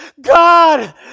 God